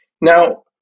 Now